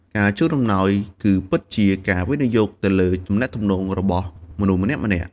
ការជូនអំណោយ គឺពិតជាការវិនិយោគទៅលើទំនាក់ទំនងរបស់មនុស្សម្នាក់ៗ។